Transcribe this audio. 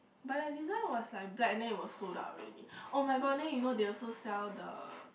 but the design was like black then it was like sold out already [oh]-my-god then you know they also sell the